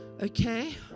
okay